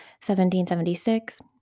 1776